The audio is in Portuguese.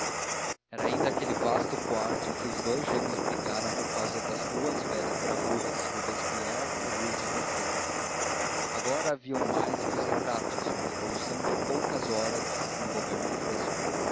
era ainda aquele vasto quarto em que os dous gêmeos brigaram por causa de duas velhas gravuras robespierre e luís xvi agora havia mais que os retratos uma revolução de poucas horas e um governo fresco